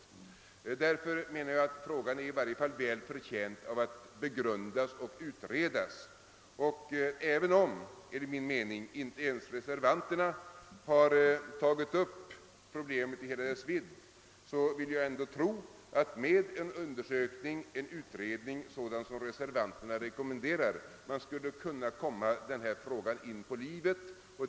Enligt min mening är den frågan väl förtjänt att begrundas och utredas, och även om inte ens reservanterna har tagit upp problemet i hela dess vidd vill jag tro att man med en utredning sådan som den reservanterna rekommenderar skulle kunna komma denna fråga inpå livet.